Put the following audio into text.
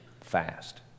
fast